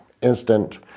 instant